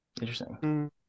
interesting